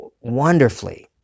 wonderfully